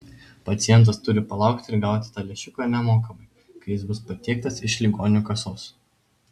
pacientas turi palaukti ir gauti tą lęšiuką nemokamai kai jis bus patiektas iš ligonių kasos